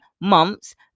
months